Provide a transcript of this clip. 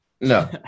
no